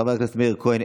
חבר הכנסת מאיר כהן,